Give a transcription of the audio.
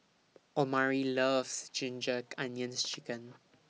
Omari loves Ginger Onions Chicken